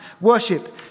worship